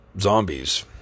zombies